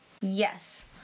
Yes